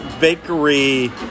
bakery